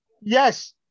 Yes